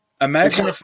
Imagine